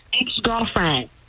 ex-girlfriend